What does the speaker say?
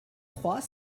trois